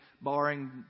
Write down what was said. barring